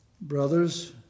Brothers